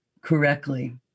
correctly